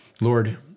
Lord